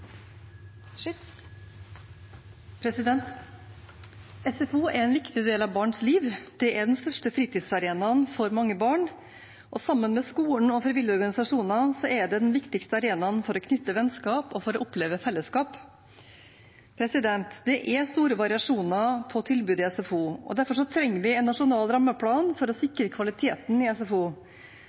en viktig del av barns liv. Det er den største fritidsarenaen for mange barn, og sammen med skolen og frivillige organisasjoner er det den viktigste arenaen for å knytte vennskap og for å oppleve fellesskap. Det er store variasjoner i SFO-tilbudet. Derfor trenger vi en nasjonal rammeplan for å sikre kvaliteten i SFO.